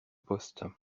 poste